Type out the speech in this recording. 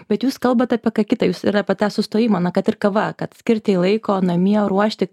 bet jūs kalbat apie ką kita jūs ir apie tą sustojimą na kad ir kava kad skirti jai laiko namie ruošti